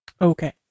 Okay